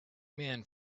men